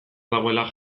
dagoela